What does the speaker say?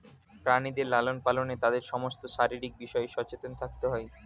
প্রাণীদের লালন পালনে তাদের সমস্ত শারীরিক বিষয়ে সচেতন থাকতে হয়